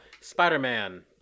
spider-man